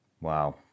wow